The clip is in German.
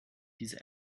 diese